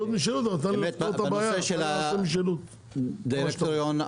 בנושא הדירקטוריון,